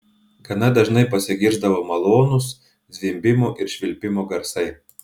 gana dažnai pasigirsdavo malonūs zvimbimo ir švilpimo garsai